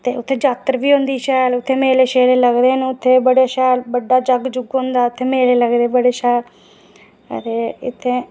ते उत्थै जात्तर बी होंदी शैल ते उत्थै मेले लगदे न ते उत्थै बड़े शैल बड़ा बड्डा जग होंदा उत्थै मेले लगदे बड़े शैल ते इत्थै